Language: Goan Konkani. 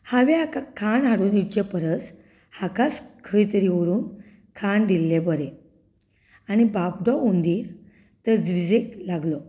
हावें हाका खाण हाडून दिवचे परस हाकाच खंय तरी व्हरून खाण दिल्लें बरें आनी बाबडो हुंदीर तजवीजेक लागलो